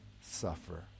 suffer